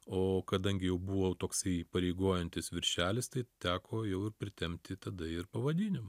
o kadangi jau buvo toksai įpareigojantis viršelis tai teko jau ir pritempti tada ir pavadinimą